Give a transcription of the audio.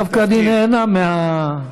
דווקא אני נהנה מהמציאות הזאת.